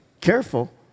Careful